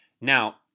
Now